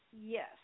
Yes